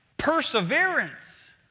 Perseverance